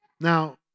Now